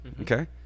okay